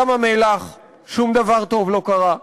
ים-המלח, שום דבר טוב לא קרה,